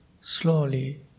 slowly